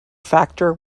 factor